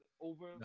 over